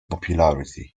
popularity